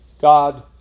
God